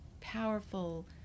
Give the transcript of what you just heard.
powerful